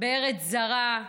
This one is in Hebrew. בארץ זרה,